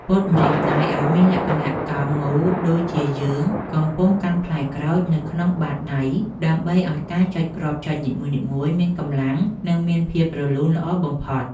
ពត់ម្រាមដៃឱ្យមានលក្ខណៈកោងមូលដូចជាយើងកំពុងកាន់ផ្លែក្រូចនៅក្នុងបាតដៃដើម្បីឱ្យការចុចគ្រាប់ចុចនីមួយៗមានកម្លាំង និងមានភាពរលូនល្អបំផុត។